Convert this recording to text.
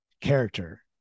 character